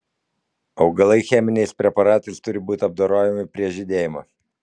augalai cheminiais preparatais turi būti apdorojami prieš žydėjimą